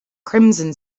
crimson